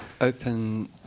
open